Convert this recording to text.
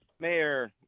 Mayor